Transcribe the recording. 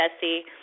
Jesse